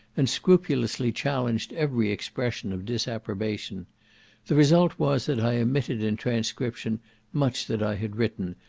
and scrupulously challenged every expression of disapprobation the result was, that i omitted in transcription much that i had written,